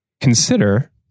consider